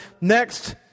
next